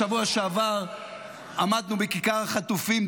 בשבוע שעבר עמדנו בכיכר החטופים,